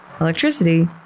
Electricity